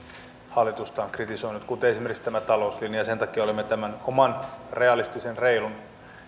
hallitusta on kritisoinut kuten esimerkiksi tässä talouslinjassa sen takia olemme tämän oman realistisen reilun